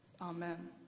Amen